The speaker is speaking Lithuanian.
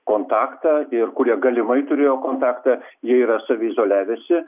kontaktą ir kurie galimai turėjo kontaktą jie yra saviizoliavęsi